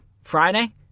Friday